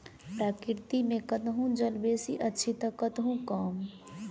प्रकृति मे कतहु जल बेसी अछि त कतहु कम